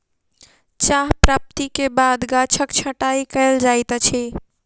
चाह प्राप्ति के बाद गाछक छंटाई कयल जाइत अछि